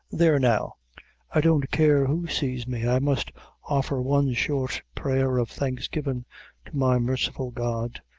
there now i don't care who sees me i must offer one short prayer of thanksgivin' to my marciful god,